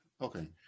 Okay